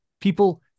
people